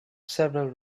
several